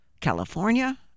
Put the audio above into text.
california